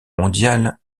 mondiale